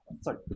Sorry